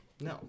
No